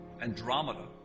Andromeda